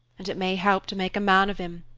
and it may help to make a man of him,